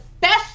best